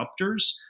disruptors